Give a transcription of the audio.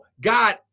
God